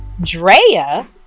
drea